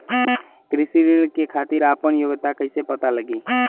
कृषि ऋण के खातिर आपन योग्यता कईसे पता लगी?